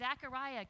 Zachariah